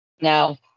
No